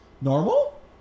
normal